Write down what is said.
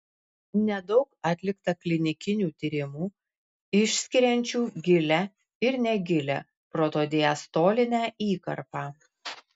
nedaug atlikta klinikinių tyrimų išskiriančių gilią ir negilią protodiastolinę įkarpą